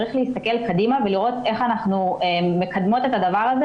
צריך להסתכל קדימה ולראות איך אנחנו מקדמות את זה,